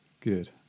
Good